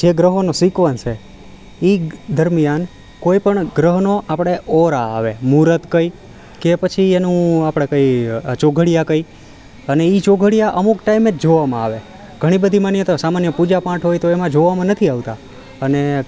જે ગ્રહોનું સિક્વન્સ છે એ દરમિયાન કોઈપણ ગ્રહનો આપણે ઓરા આવે મૂરત કહીએ કે પછી એનું આપણે કઈ ચોઘડીયા કહીએ અને એ ચોઘડીયા અમુક ટાઈમેજ જોવામાં આવે ઘણી બધી માન્યતાઓ સામાન્ય પૂજા પાઠ હોય તો એમાં જોવામાં નથી આવતા અને